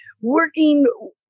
working